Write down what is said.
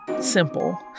simple